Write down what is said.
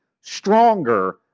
stronger